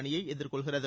அணியை எதிர்கொள்கிறது